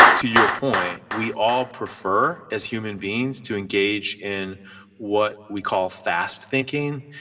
to your point, we all prefer as human beings to engage in what we call fast thinking.